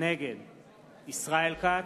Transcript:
נגד ישראל כץ,